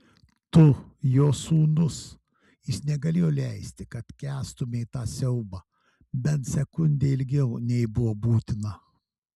tu jo sūnus jis negalėjo leisti kad kęstumei tą siaubą bent sekundę ilgiau nei buvo būtina